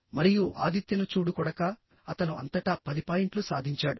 మరియు ఆదిత్యను చూడు అతను అంతటా 10 పాయింట్లు సాధించాడు